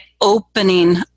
opening